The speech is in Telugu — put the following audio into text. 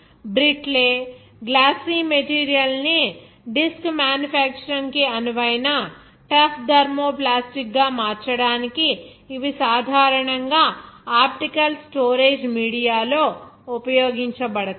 బ్రీట్లే గ్లాస్సి మెటీరియల్ ని డిస్క్ మ్యానుఫ్యాక్చరింగ్ కి అనువైన టఫ్ థర్మోప్లాస్టిక్గా మార్చడానికి ఇవి సాధారణంగా ఆప్టికల్ స్టోరేజ్ మీడియాలో ఉపయోగించబడతాయి